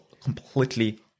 completely